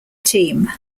team